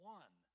one